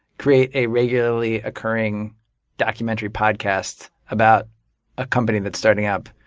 create a regularly occurring documentary podcast about a company that's starting up,